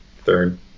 third